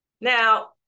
Now